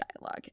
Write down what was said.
dialogue